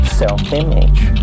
self-image